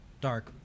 dark